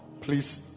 Please